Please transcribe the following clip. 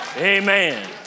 Amen